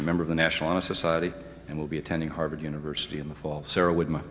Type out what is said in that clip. a member of the national honor society and will be attending harvard university in the fall sarah w